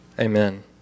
amen